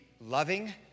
loving